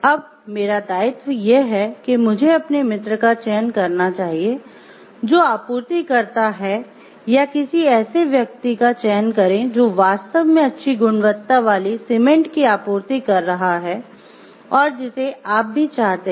अब मेरा दायित्व ये है कि मुझे अपने मित्र का चयन करना चाहिए जो आपूर्तिकर्ता है या किसी ऐसे व्यक्ति का चयन करें जो वास्तव में अच्छी गुणवत्ता वाली सीमेंट की आपूर्ति कर रहा है और जिसे आप भी चाहते हैं